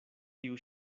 tiu